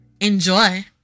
Enjoy